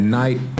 night